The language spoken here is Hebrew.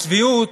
הצביעות,